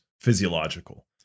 physiological